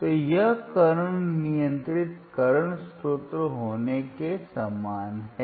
तो यह करंट नियंत्रित करंट स्रोत होने के समान है